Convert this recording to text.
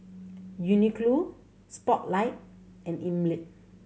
Uniqlo Spotlight and Einmilk